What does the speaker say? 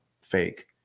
fake